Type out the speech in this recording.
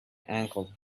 ankle